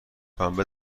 پنبه